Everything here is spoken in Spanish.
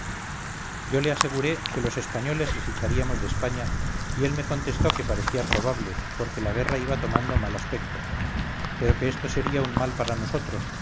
yo le aseguré que los españoles les echaríamos de españa y él me contestó que parecía probable porque la guerra iba tomando mal aspecto pero que esto sería un mal para nosotros